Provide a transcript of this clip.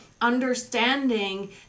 understanding